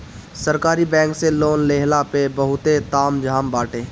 सरकारी बैंक से लोन लेहला पअ बहुते ताम झाम बाटे